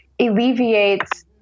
alleviates